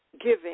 giving